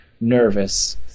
nervous